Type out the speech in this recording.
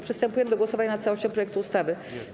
Przystępujemy do głosowania nad całością projektu ustawy.